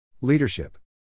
Leadership